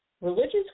Religious